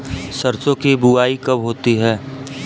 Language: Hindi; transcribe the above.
सरसों की बुआई कब होती है?